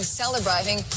celebrating